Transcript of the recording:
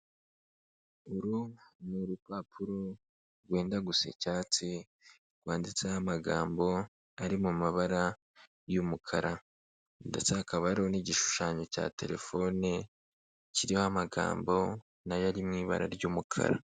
Uru n'urupapuro rwenda gusa icyatsi rwanditseho amagambo ari mu mabara y'umukara, ndetse hakaba hari n'igishushanyo cya telefone kiriho amagambo nayo ari mu ibara ry'umukara.